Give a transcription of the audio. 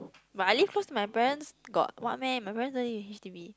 but I live close my parents got what meh my parent don't live in H_D_B